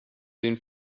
den